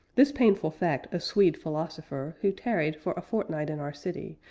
this painful fact a swede philosopher, who tarried for a fortnight in our city,